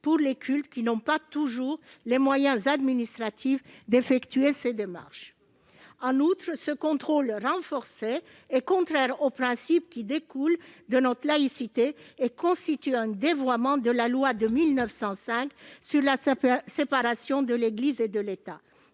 des cultes, qui n'ont pas toujours les moyens administratifs d'effectuer de telles démarches. En outre, ce contrôle renforcé est contraire aux principes qui découlent de notre laïcité, et il constitue un dévoiement de la loi du 9 décembre 1905 relative à la séparation des Églises et de l'État.